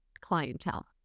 clientele